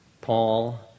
Paul